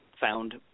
found